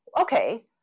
okay